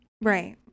Right